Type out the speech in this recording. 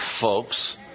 folks